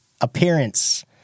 appearance